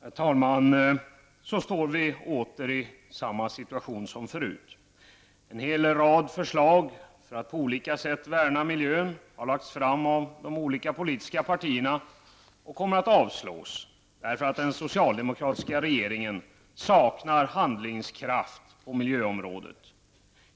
Herr talman! Så står vi åter i samma situation som förut. En hel rad förslag för att på olika sätt värna miljön har lagts fram av de olika politiska partierna och kommer att avslås, därför att den socialdemokratiska regeringen saknar handlingskraft på miljöområdet.